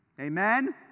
Amen